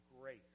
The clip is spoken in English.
grace